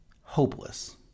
hopeless